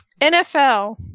NFL